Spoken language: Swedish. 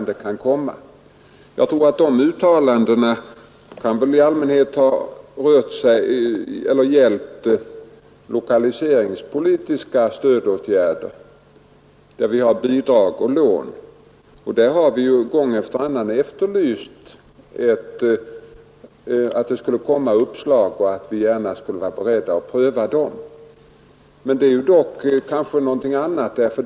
De uttalandena kan i allmänhet ha gällt lokaliseringspolitiska stödåtgärder, där det finns bidrag och lån. Vi har där gång efter annan efterlyst uppslag, som vi kunde ta upp till prövning. Men detta är någonting annat.